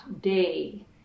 day